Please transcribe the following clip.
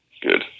Good